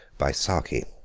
by saki